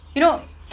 you know